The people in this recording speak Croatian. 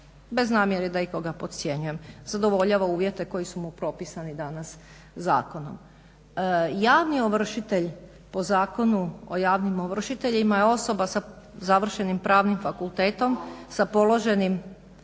bez namjere da ikoga podcjenjujem, zadovoljava uvjete koji su mu propisani danas zakonom. Javni ovršitelj po Zakonu o javnim ovršiteljima je osoba sa završenim Pravnim fakultetom, sa položenim